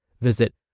Visit